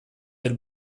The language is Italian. del